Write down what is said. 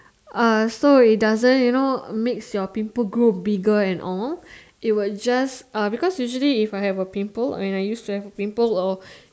uh so it doesn't you know makes your pimple grow bigger and all it would just uh because usually if I have a pimple I mean I used to have a pimple all